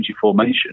formation